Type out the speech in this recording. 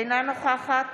אינה נוכחת